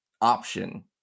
option